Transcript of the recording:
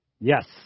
Yes